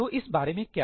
तो इस बारे में क्या